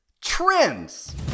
trends